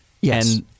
Yes